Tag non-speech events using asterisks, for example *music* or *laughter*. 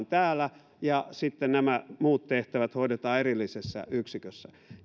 *unintelligible* täällä ja sitten nämä muut tehtävät hoidetaan erillisessä yksikössä